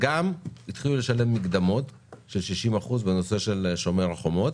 גם התחילו לשלם מקדמות של 60% בנושא של "שומר החומות".